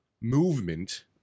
movement